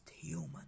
human